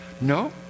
No